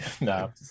no